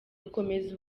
gukomeza